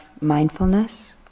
mindfulness